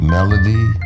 Melody